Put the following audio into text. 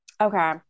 Okay